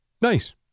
Nice